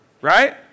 right